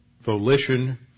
volition